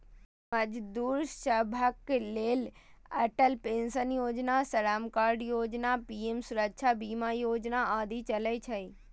मजदूर सभक लेल अटल पेंशन योजना, श्रम कार्ड योजना, पीएम सुरक्षा बीमा योजना आदि चलै छै